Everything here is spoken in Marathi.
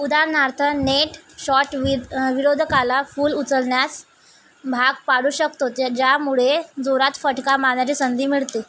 उदाहरणार्थ नेट शॉट वि विरोधकाला फूल उचलण्यास भाग पाडू शकतो ज्या ज्यामुळे जोरात फटका मारण्याची संधी मिळते